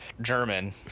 German